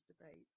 debates